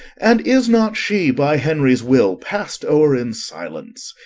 and is not she, by henry's will, passed o'er in silence?